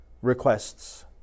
requests